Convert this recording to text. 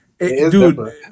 Dude